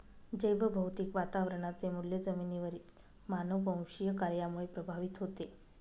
जैवभौतिक वातावरणाचे मूल्य जमिनीवरील मानववंशीय कार्यामुळे प्रभावित होते